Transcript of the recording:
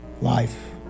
life